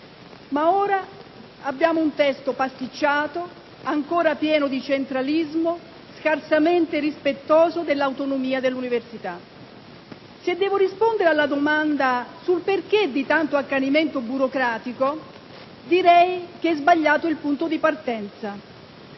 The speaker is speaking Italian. Ma ora abbiamo un testo pasticciato, ancora pieno di centralismo, scarsamente rispettoso dell'autonomia dell'università. Se devo rispondere alla domanda sul perché di tanto accanimento burocratico, direi che è sbagliato il punto di partenza.